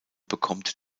bekommt